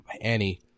Annie